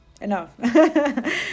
enough